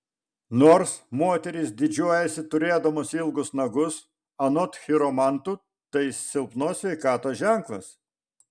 nors moterys didžiuojasi turėdamos ilgus nagus anot chiromantų tai silpnos sveikatos ženklas